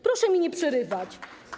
Proszę mi nie przerywać.